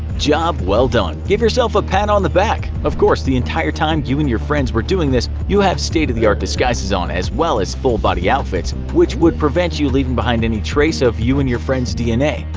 job well done, give yourself a pat on the back. of course the entire time you and your friends were doing this you have state of the art disguises on as well as full-body outfits which would prevent you leaving behind any trace of you and your friends' dna.